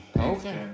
Okay